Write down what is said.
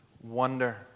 wonder